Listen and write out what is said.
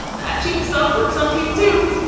that cheap stuff works on teeth too!